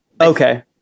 okay